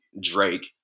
Drake